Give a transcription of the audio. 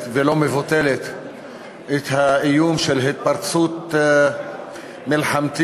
ולא מבוטלת את האיום של התפרצות מלחמתית,